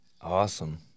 Awesome